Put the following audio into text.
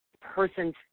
person's